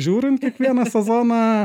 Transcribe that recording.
žiūrint kiekvieną sezoną